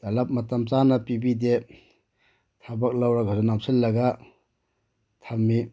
ꯇꯂꯕ ꯃꯇꯝ ꯆꯥꯅ ꯄꯤꯕꯤꯗꯦ ꯊꯕꯛ ꯂꯧꯔꯒꯁꯨ ꯅꯝꯁꯤꯜꯂꯒ ꯊꯝꯃꯤ